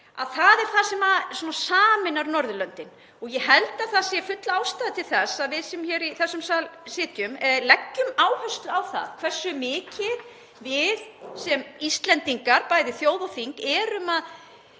það er það sem sameinar Norðurlöndin. Ég held að það sé full ástæða til þess að við sem í þessum sal sitjum leggjum áherslu á það hversu mikið við sem Íslendingar, bæði þjóð og þing, erum að